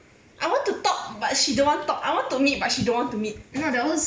I want to the talk but she don't want talk I want to meet but she don't want to meet